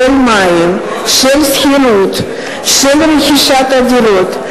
של מים, של שכירות, של רכישת דירות.